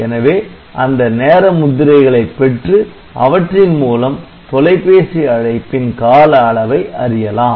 எனவே அந்த நேர முத்திரைகளைப் பெற்று அவற்றின் மூலம் தொலைபேசி அழைப்பின் கால அளவை அறியலாம்